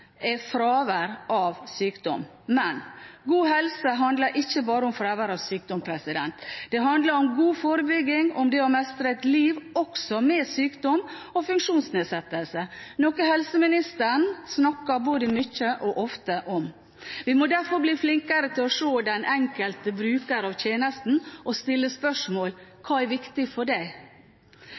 er fravær av sykdom. Men god helse handler ikke bare om fravær av sykdom, det handler om god forebygging, om det å mestre et liv også med sykdom og funksjonsnedsettelse, noe helseministeren snakker både mye og ofte om. Vi må derfor bli flinkere til å se den enkelte bruker av tjenesten, og stille spørsmålet: Hva er viktig for deg?